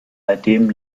seitdem